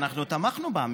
אנחנו תמכנו בה.